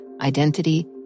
identity